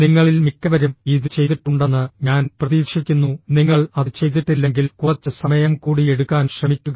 നിങ്ങളിൽ മിക്കവരും ഇത് ചെയ്തിട്ടുണ്ടെന്ന് ഞാൻ പ്രതീക്ഷിക്കുന്നു നിങ്ങൾ അത് ചെയ്തിട്ടില്ലെങ്കിൽ കുറച്ച് സമയം കൂടി എടുക്കാൻ ശ്രമിക്കുക